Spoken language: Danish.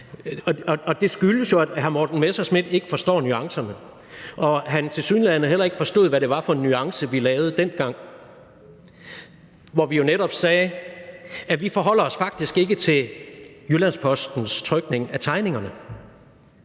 og det skyldes jo, at hr. Messerschmidt ikke forstår nuancerne, og at han tilsyneladende heller ikke forstod, hvad det var for en nuance, vi havde dengang, hvor vi jo netop sagde: Vi forholder os faktisk ikke til Jyllands-Postens trykning af tegningerne